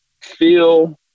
feel